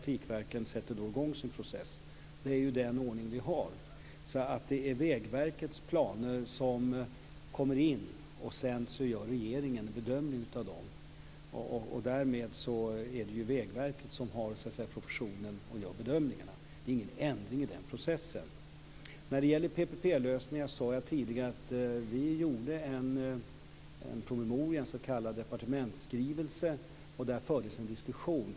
Dessa sätter då i gång sin process. Det är den ordning som vi har. Det är alltså Vägverkets planer som kommer in. Sedan gör regeringen en bedömning av dem. Därmed är det Vägverket som så att säga har professionen och gör bedömningarna. Det är ingen ändring i den processen. När det gäller PPP-lösningar sade jag tidigare att vi gjorde en promemoria, en s.k. departementsskrivelse, där det fördes en diskussion.